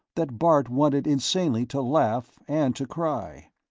that bart wanted insanely to laugh and to cry.